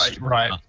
Right